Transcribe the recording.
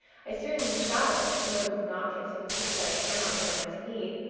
i certainly shall if the snow does not get so deep that i cannot get enough to eat.